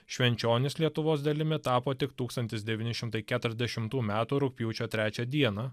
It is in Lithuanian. švenčionys lietuvos dalimi tapo tik tūkstantis devyni šimtai keturiasdešimtų metų rugpjūčio trečią dieną